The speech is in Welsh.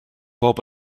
bob